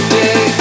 day